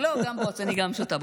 לא, גם אני שותה בוץ.